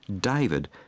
David